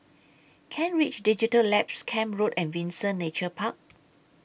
Kent Ridge Digital Labs Camp Road and Windsor Nature Park